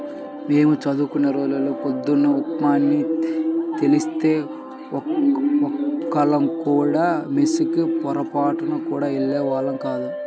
మేం చదువుకునే రోజుల్లో పొద్దున్న ఉప్మా అని తెలిస్తే ఒక్కళ్ళం కూడా మెస్ కి పొరబాటున గూడా వెళ్ళేవాళ్ళం గాదు